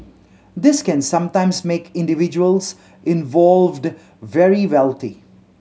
this can sometimes make individuals involved very wealthy